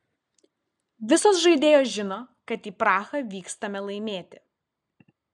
visos žaidėjos žino kad į prahą vykstame laimėti